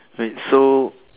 wait so